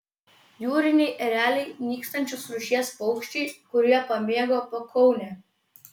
jūriniai ereliai nykstančios rūšies paukščiai kurie pamėgo pakaunę